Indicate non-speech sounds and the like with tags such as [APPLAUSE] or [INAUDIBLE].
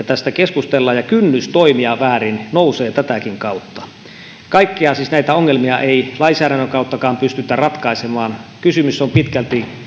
[UNINTELLIGIBLE] tästä keskustellaan ja kynnys toimia väärin nousee tätäkin kautta siis kaikkia näitä ongelmia ei lainsäädännönkään kautta pystytä ratkaisemaan kysymys on pitkälti